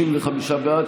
הצבעה.